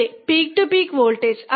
അതെ peak to peak voltage